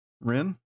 Rin